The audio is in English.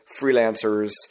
freelancers